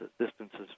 distances